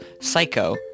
Psycho